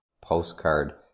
postcard